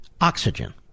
oxygen